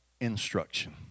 instruction